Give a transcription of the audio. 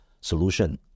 solution